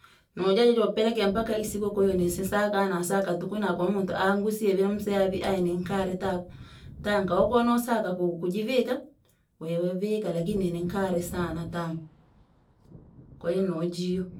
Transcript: Nojaja jopelekea mpaka isiko kwa hiyo nisinsaka nasaka tuku nakomuntu angusiye vii namuseya vii ayi ninkari taka, tanka wekoni wosaka ku- kujivika, wewe vika lakini ni nkari sana tanka kwahiyo nojio.